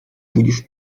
obudzisz